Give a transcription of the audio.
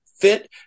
fit